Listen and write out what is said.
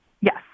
Yes